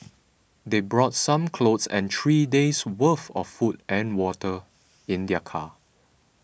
they brought some clothes and three days worth of food and water in their car